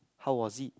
how was it